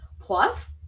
Plus